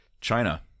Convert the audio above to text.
China